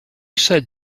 said